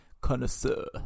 connoisseur